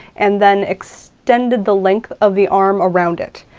and then extended the length of the arm around it.